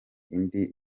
indi